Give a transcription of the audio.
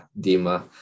Dima